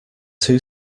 two